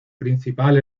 principal